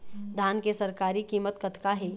धान के सरकारी कीमत कतका हे?